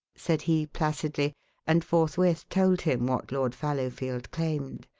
said he placidly and forthwith told him what lord fallowfield claimed.